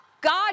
God